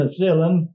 penicillin